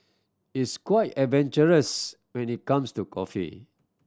it's quite adventurous when it comes to coffee